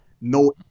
no